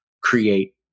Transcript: create